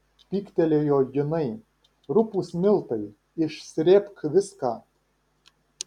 pyktelėjo jinai rupūs miltai išsrėbk viską